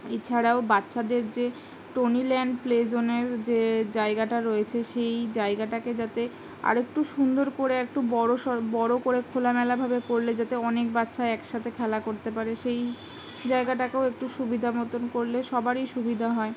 এছাড়াও বাচ্চাদের যে টোনিল্যান্ড প্লেজনের যে জায়গাটা রয়েছে সেই জায়গাটাকে যাতে আরেকটু সুন্দর করে একটু বড়ো সর বড়ো করে খোলামেলাভাবে করলে যাতে অনেক বাচ্চা একসাথে খেলা করতে পারে সেই জায়গাটাকেও একটু সুবিধা মতোন করলে সবারই সুবিধা হয়